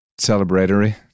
celebratory